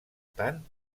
tant